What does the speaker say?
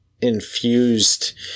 infused